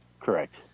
Correct